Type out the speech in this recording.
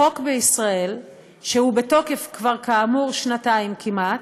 חוק בישראל שכאמור הוא בתוקף כבר שנתיים כמעט,